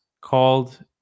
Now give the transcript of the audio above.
called